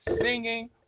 singing